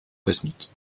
cosmique